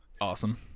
awesome